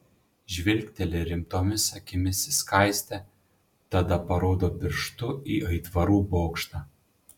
žvilgteli rimtomis akimis į skaistę tada parodo pirštu į aitvarų bokštą